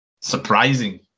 surprising